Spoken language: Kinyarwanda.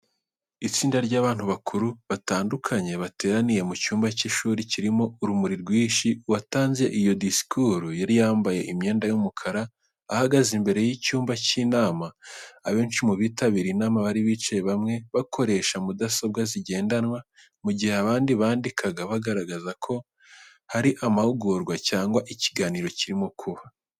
Itsinda ry'abantu bakuru batandukanye, bateraniye mu cyumba cy'ishuri kirimo urumuri rwinshi. Uwatanze iyo disikuru yari yambaye imyenda y'umukara, ahagaze imbere y'icyumba cy'inama. Abenshi mu bitabiriye inama bari bicaye bamwe bakoresha mudasobwa zigendanwa, mu gihe abandi bandika, bigaragaza ko hari amahugurwa cyangwa ikiganiro kirimo kuba.